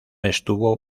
estuvo